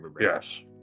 Yes